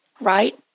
right